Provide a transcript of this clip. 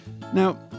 Now